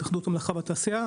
התאחדות המלאכה והתעשייה.